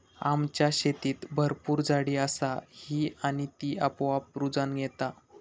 आमच्या शेतीत भरपूर झाडी असा ही आणि ती आपोआप रुजान येता